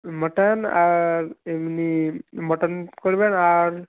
mutton আর এমনি mutton করবেন আর